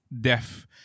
deaf